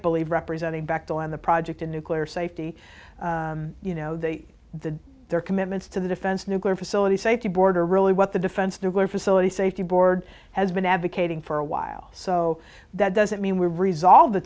believe representing back on the project in nuclear safety you know they the their commitments to the defense nuclear facility safety board are really what the defense of nuclear facility safety board has been advocating for a while so that doesn't mean we resolve the